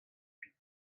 kuit